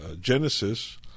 Genesis